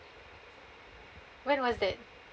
when was it